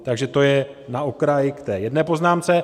Takže to je na okraj k té jedné poznámce.